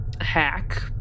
hack